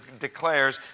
declares